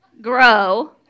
grow